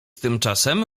tymczasem